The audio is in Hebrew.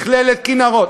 מכללת כינרת,